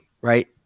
right